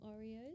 Oreos